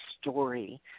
story